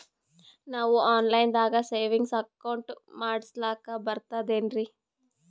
ನಾವು online ದಾಗ savings account ಮಾಡಸ್ಲಾಕ ಬರ್ತದೇನ್ರಿ?